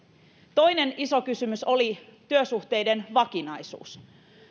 toinen iso kysymys oli työsuhteiden vakinaisuus